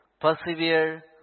persevere